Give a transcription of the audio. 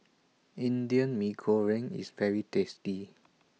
Indian Mee Goreng IS very tasty